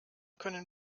können